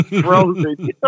Frozen